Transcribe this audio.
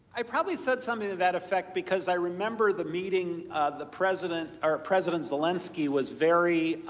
i probably said something to that effect because i remembered the meeting the president, or president zelensky was very